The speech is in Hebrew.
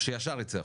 שישר ייצא החוצה.